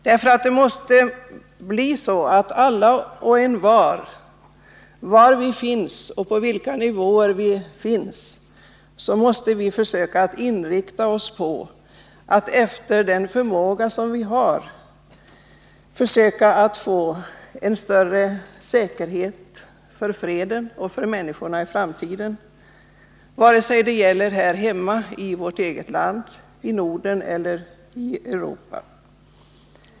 Det måste nämligen bli så att vi alla, var vi än finns och på vilka nivåer vi än befinner oss, inriktar oss på att efter bästa förmåga försöka trygga freden och skapa större säkerhet för människorna i framtiden — här hemma, i hela Norden, i Europa.